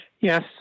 Yes